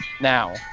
Now